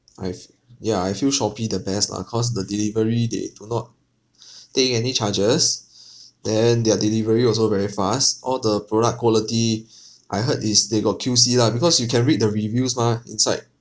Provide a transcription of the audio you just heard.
I f~ ya I feel Shopee be the best lah cause the delivery they do not take any charges then their delivery also very fast all the product quality I heard is they got Q_C lah because you can read the reviews mah inside